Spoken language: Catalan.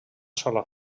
sola